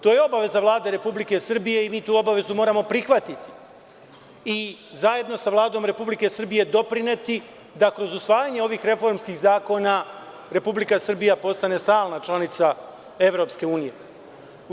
To je obaveza Vlade Republike Srbije i mi tu obavezu moramo prihvatiti i zajedno sa Vladom Republike Srbije doprineti da kroz usvajanje ovih reformskih zakona Republika Srbija postane stalna članica Evropske unije.